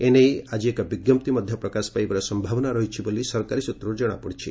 ଏ ନେଇ ଆଜି ଏକ ବିଜ୍ଞପ୍ତି ମଧ୍ୟ ପ୍ରକାଶ ପାଇବାର ସମ୍ଭାବନା ରହିଛି ବୋଲି ସରକାରୀ ସୂତ୍ରରୁ ଜଣାପଡ଼ିଛି